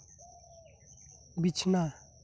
ᱵᱤᱪᱷᱱᱟ